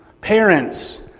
Parents